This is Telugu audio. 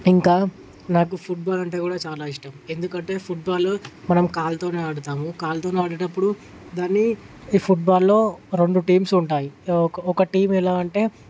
ఇంకా నాకు ఫుట్బాల్ అంటే కూడా చాలా ఇష్టం ఎందుకంటే ఫుట్బాల్ మనం కాలుతోనే ఆడతాము కాలుతోని ఆడేటప్పుడు దాన్నీ ఫుట్బాల్లో రెండు టీమ్స్ ఉంటాయి ఒక ఒక టీమ్ ఎలా అంటే